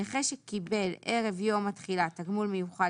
נכה שקיבל ערב יום התחילה תגמול מיוחד